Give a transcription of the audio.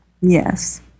Yes